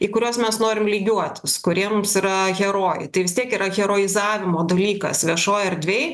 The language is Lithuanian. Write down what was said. į kuriuos mes norim lygiuotis kurie mums yra herojai tai vis tiek yra heroizavimo dalykas viešoj erdvėj